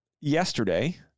yesterday